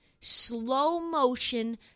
slow-motion